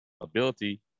ability